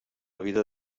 vida